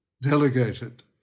delegated